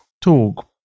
talk